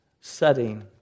setting